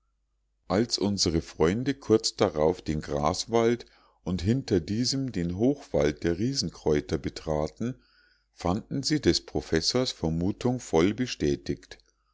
als unsere freunde kurz darauf den graswald und hinter diesem den hochwald der riesenkräuter betraten fanden sie des professors vermutung voll bestätigt